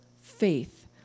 faith